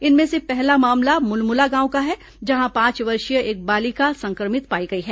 इनमें से पहला मामला मुलमुला गांव का है जहां पांच वर्षीय एक बालिका संक्रमित पाई गई है